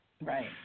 Right